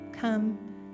come